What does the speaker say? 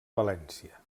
valència